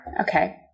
Okay